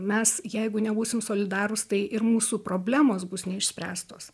mes jeigu nebūsim solidarūs tai ir mūsų problemos bus neišspręstos